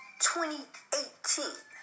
2018